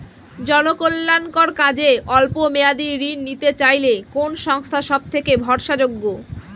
জনকল্যাণকর কাজে অল্প মেয়াদী ঋণ নিতে চাইলে কোন সংস্থা সবথেকে ভরসাযোগ্য?